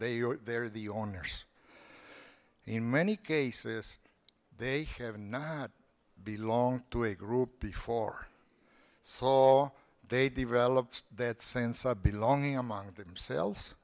are there the owners in many cases they have not be long to a group before saw they developed that sense of belonging among themselves